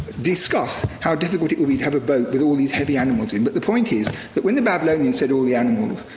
discuss how difficult it would be to have a boat with all these heavy animals in. but the point is that when the babylonian said all the animals,